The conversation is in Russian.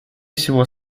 всего